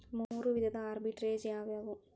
ಮೂರು ವಿಧದ ಆರ್ಬಿಟ್ರೆಜ್ ಯಾವವ್ಯಾವು?